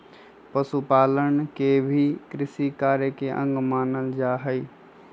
पशुपालन के भी कृषिकार्य के अंग मानल जा हई